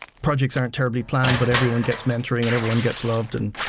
projects aren't terribly plan but everyone gets mentoring and everyone gets loved. and